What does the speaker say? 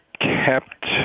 kept